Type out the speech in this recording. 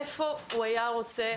איפה הוא היה רוצה